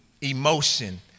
emotion